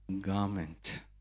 garment